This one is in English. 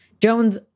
Jones